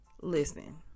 Listen